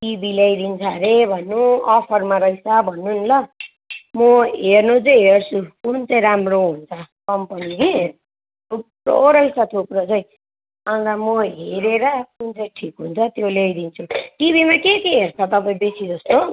TV ल्याइदिन्छ अरे भन्नु अफरमा रहेछ भन्नु नि ल म हेर्नु चाहिँ हेर्छु कुन चाहिँ राम्रो हुन्छ कम्पनी कि थुप्रो रहेछ थुप्रो चाहिँ अन्त म हेरेर कुन चाहिँ ठिक हुन्छ त्यो ल्याइदिन्छु टिभीमा के के हेर्छ तपाईँ बेसी जस्तो